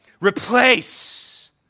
Replace